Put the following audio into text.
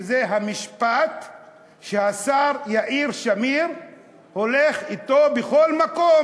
וזה המשפט שהשר יאיר שמיר הולך אתו לכל מקום.